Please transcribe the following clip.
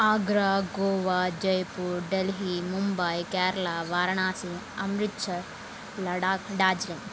Agra Goa Jaipur Delhi Mumbai Kerala Varanasi Amritsar Ladakh Darjeeling